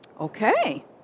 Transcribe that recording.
Okay